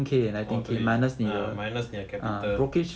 orh 对 mm minus 你的 capital